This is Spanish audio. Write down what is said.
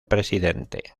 presidente